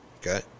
Okay